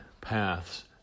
paths